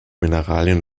mineralien